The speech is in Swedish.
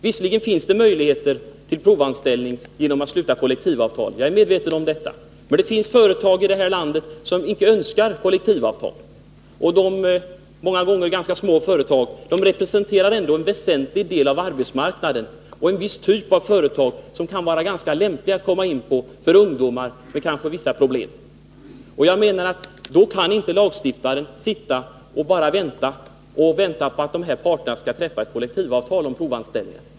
Visserligen finns det möjlighet till provanställning genom slutande av kollektivavtal — jag är medveten om detta — men det finns företag i det här landet som inte önskar ha kollektivavtal. Och dessa många gånger ganska små företag representerar ändå en väsentlig del av arbetsmarknaden och en viss typ av företag, som kan vara ganska lämpliga att komma in i för ungdomar som kanske har vissa problem. Och jag menar att lagstiftaren inte bara kan sitta och vänta på att de här parterna skall träffa kollektivavtal om provanställning.